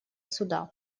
суда